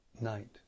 night